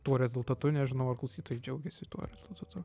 tuo rezultatu nežinau ar klausytojai džiaugėsi tuo rezultatu